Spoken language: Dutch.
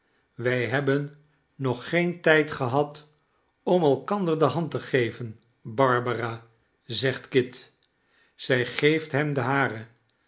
wij hebben nog geen tijd gehad om elkander de hand te geven barbara zegt kit zij geeft hem de hare